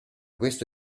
questa